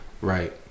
Right